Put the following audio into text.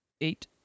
Eight